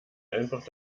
einfach